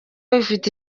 bifite